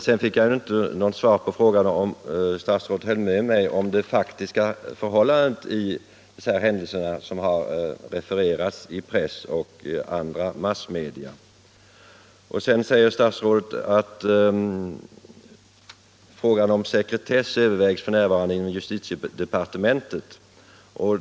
Jag fick inte något svar på frågan om statsrådet höll med mig om det faktiska förhållandet när det gäller de händelser som har refererats i press och andra massmedia. Sedan säger statsrådet att sekretessfrågorna f. n. övervägs inom justitiedepartementet.